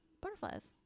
butterflies